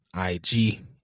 IG